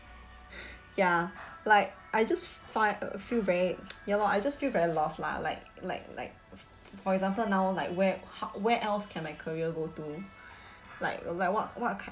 ya like I just find uh feel very ya lor I just feel very lost lah like like like for example now like where how where else can my career go to like like what what kind